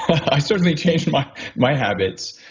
i certainly changed my my habits,